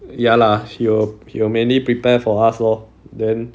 ya lah she will he will mainly prepare for us lor then